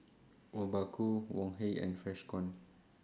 Obaku Wok Hey and Freshkon